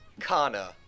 Kana